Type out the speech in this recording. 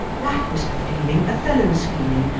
that was her feeling, othello's feeling.